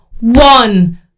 one